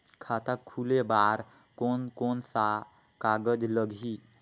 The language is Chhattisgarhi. खाता खुले बार कोन कोन सा कागज़ लगही?